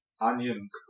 onions